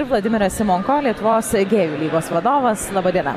vladimiras simonko lietuvos gėjų lygos vadovas laba diena